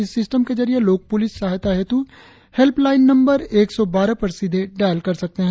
इस सिस्टम के जरिए लोग पुलिस सहायता हेतु हेल्प लाइन नम्बर एक सौ बारह पर सीधे डायल कर सकते है